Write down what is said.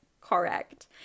correct